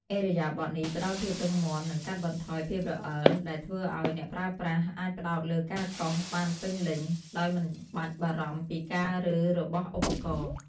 ឥរិយាបថនេះផ្តល់ភាពរឹងមាំ និងកាត់បន្ថយភាពរអិល ដែលធ្វើឱ្យអ្នកប្រើប្រាស់អាចផ្តោតលើការកោសបានពេញលេញ ដោយមិនបាច់បារម្ភពីការរើរបស់ឧបករណ៍។